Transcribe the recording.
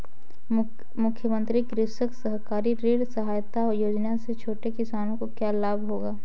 मुख्यमंत्री कृषक सहकारी ऋण सहायता योजना से छोटे किसानों को क्या लाभ होगा?